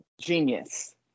genius